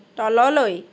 তললৈ